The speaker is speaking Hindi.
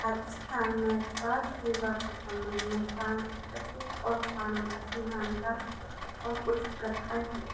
राजस्थान मे स्वास्थ्य सेवा के संबंध में सांस्कृतिक और पारम्परिक मान्यताएँ और कुछ प्रथाएँ हैं